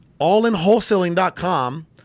AllInWholesaling.com